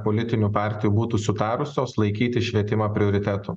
politinių partijų būtų sutarusios laikyti švietimą prioritetu